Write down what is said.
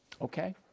Okay